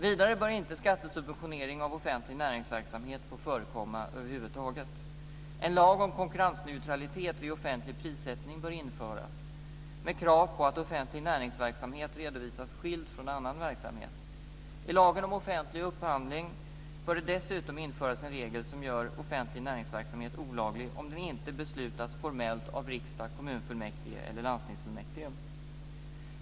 Vidare bör inte skattesubventionering av offentlig näringsverksamhet få förekomma över huvud taget. En lag om konkurrensneutralitet vid offentlig prissättning bör införas, med krav på att offentlig näringsverksamhet redovisas skild från annan verksamhet. I lagen om offentlig upphandling bör det dessutom införas en regel som gör offentlig näringsverksamhet olaglig om den inte beslutas om formellt av riksdag, kommunfullmäktige eller landstingsfullmäktige.